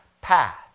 path